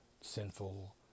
sinful